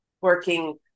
working